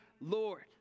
Lord